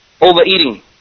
overeating